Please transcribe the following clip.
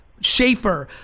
schaefer,